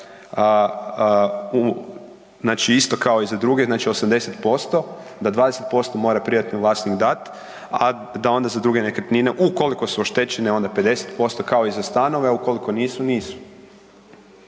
znači isto kao i za druge, znači 80%, da 20% mora privatno vlasnik dati, a da onda za druge nekretnine, ukoliko su oštećene, onda 50% kao i za stanove, a ukoliko nisu, nisu.